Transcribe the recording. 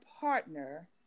partner